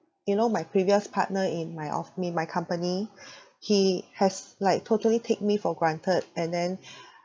you know my previous partner in my off~ in my company he has like totally take me for granted and then